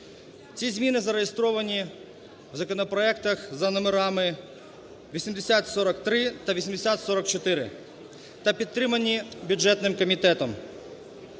Ці зміни зареєстровані в законопроектах за номерами 8043 та 8044 та підтримані бюджетним комітетом.